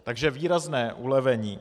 Takže výrazné ulevení.